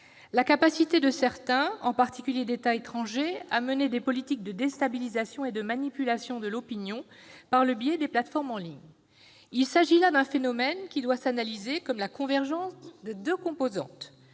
la capacité de certains, en particulier d'États étrangers, à mener des politiques de déstabilisation et de manipulation de l'opinion par le biais des plateformes en ligne. Ce phénomène doit être analysé comme la convergence de deux composantes.